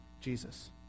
Jesus